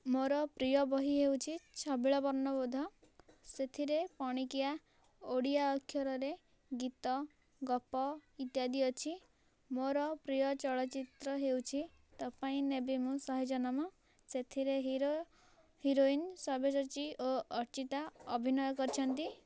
ମୋର ପ୍ରିୟ ବହି ହେଉଛି ଛବିଳ ବର୍ଣ୍ଣବୋଧ ସେଥିରେ ପଣିକିଆ ଓଡ଼ିଆ ଅକ୍ଷରରେ ଗୀତ ଗପ ଇତ୍ୟାଦି ଅଛି ମୋର ପ୍ରିୟ ଚଳଚିତ୍ର ହେଉଛି ତୋ ପାଇଁ ନେବି ମୁଁ ଶହେ ଜନମ ସେଥିରେ ହିରୋ ହିରୋଇନ ସବ୍ୟସାଚୀ ଓ ଅର୍ଚ୍ଚିତା ଅଭିନୟ କରିଛନ୍ତି